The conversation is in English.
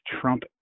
Trump